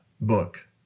book